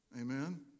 Amen